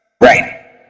Right